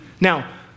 Now